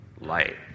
light